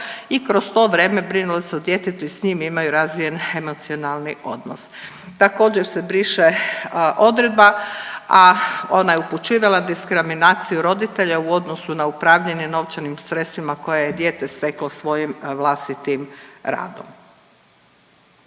i kroz to vrijeme brinule se o djetetu i s njim imaju razvijen emocionalni odnos. Također se briše odredba, a ona je upućivala diskriminaciju roditelja u odnosu na upravljanje novčanim sredstvima koje je dijete steklo svojim vlastitim radom.